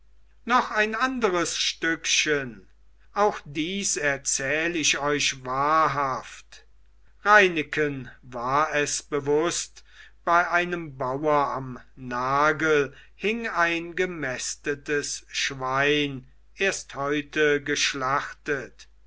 noch ein anderes stückchen auch dies erzähl ich euch wahrhaft reineken war es bewußt bei einem bauer am nagel hing ein gemästetes schwein erst heute geschlachtet